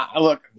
look